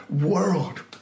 world